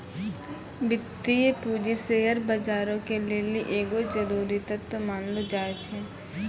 वित्तीय पूंजी शेयर बजारो के लेली एगो जरुरी तत्व मानलो जाय छै